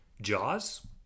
jaws